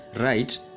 right